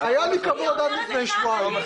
מאות יהודים --- היה לי כבוד עד לפני שבועיים.